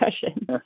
discussion